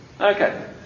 Okay